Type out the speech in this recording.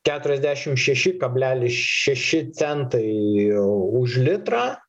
keturiasdešim šeši kablelis šeši centai už litrą